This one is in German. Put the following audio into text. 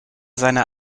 seiner